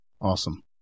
Awesome